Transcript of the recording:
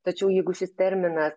tačiau jeigu šis terminas